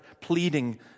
pleading